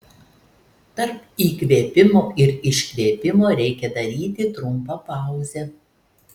tarp įkvėpimo ir iškvėpimo reikia daryti trumpą pauzę